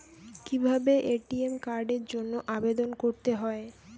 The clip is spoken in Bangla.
কিভাবে এ.টি.এম কার্ডের জন্য আবেদন করতে হয়?